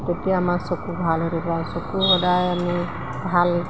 তেতিয়া আমাৰ চকু ভাল হৈ থাকিব আৰু চকু সদায় আমি ভাল